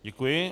Děkuji.